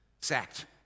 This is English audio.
sacked